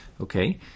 Okay